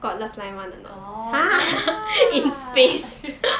got lah